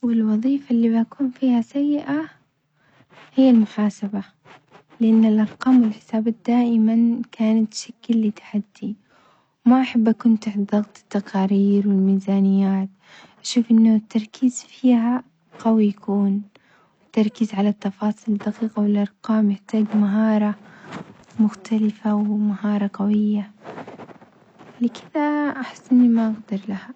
والوظيفة اللي بكون فيها سيئة هي المحاسبة لأن الأرقام والحسابات دائمًا كانت تشكلي تحدي، وما أحب أكون تحت ضغط التقارير والميزانيات، أشوف إنه التركيز فيها قوي يكون، والتركيز على التفاصيل الدقيقة والأرقام يحتاج مهارة مختلفة ومهارة قوية لكدة أحس أني ما أٌقدر لها.